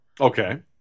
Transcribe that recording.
Okay